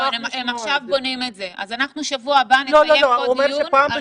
הם עכשיו בונים את זה אז שבוע הבא נקיים פה דיון על כך.